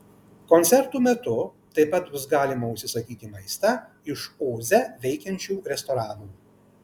koncertų metu taip pat bus galima užsisakyti maistą iš oze veikiančių restoranų